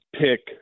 pick